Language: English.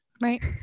Right